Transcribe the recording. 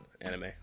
anime